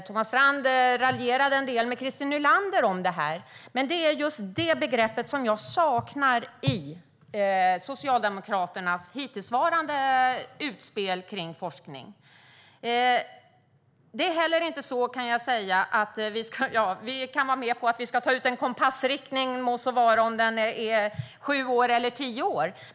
Thomas Strand raljerade en del med Christer Nylander om det här, men det är just det begreppet som jag saknar i Socialdemokraternas hittillsvarande utspel kring forskning. Vi kan vara med på att vi ska ta ut en kompassriktning, må så vara om den är på sju eller tio år.